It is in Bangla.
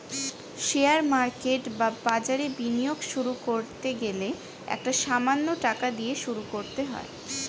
শেয়ার মার্কেট বা বাজারে বিনিয়োগ শুরু করতে গেলে একটা সামান্য টাকা দিয়ে শুরু করতে হয়